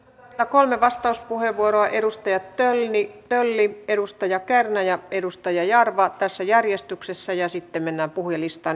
otetaan vielä kolme vastauspuheenvuoroa edustaja tölli edustaja kärnä ja edustaja jarva tässä järjestyksessä ja sitten mennään puhujalistaan